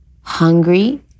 hungry